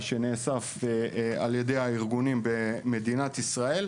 שנאסף על ידי הארגונים במדינת ישראל